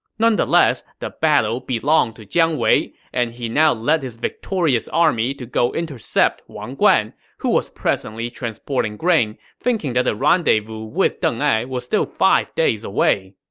nonetheless, the battle belonged to jiang wei, and he now led his victorious army to go intercept wang guan, who was presently transporting grain, thinking that the rendezvous with deng ai was still five days away